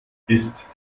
ist